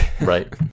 Right